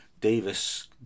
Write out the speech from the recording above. Davis